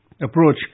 approach